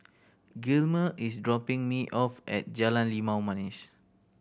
Gilmer is dropping me off at Jalan Limau Manis